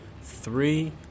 three